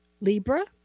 libra